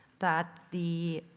that the,